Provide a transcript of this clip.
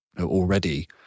already